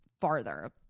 farther